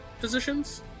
positions